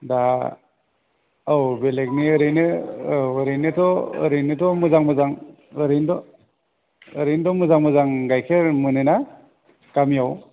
दा औ बेलेकनि ओरैनो औ ओरैनोथ' ओरैनोथ' मोजां मोजां ओरैनोथ' ओरैनोथ' मोजां मोजां गायखेर मोनो ना गामियाव